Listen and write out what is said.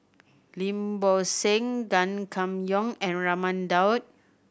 Lim Bo Seng Gan Kim Yong and Raman Daud